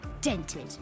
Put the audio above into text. dented